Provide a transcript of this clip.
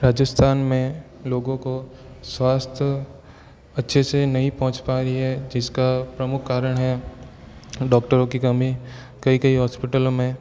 राजस्थान में लोगों को स्वास्थ्य अच्छे से नहीं पहुंच पा रही है जिसका प्रमुख कारण है डॉक्टरों की कमी कहीं कहीं हॉस्पिटलों में